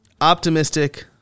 optimistic